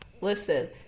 Listen